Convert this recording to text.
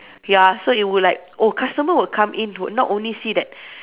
ya so it would like oh customer will come in would not only see that